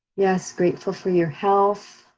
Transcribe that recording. yes, grateful for your health,